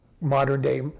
modern-day